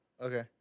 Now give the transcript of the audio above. Okay